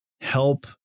help